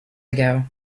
ago